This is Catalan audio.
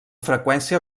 freqüència